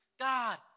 God